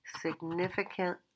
significant